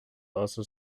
also